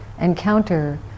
encounter